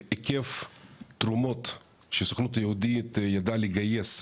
היקף תרומות שהסוכנות היהודית ידעה לגייס,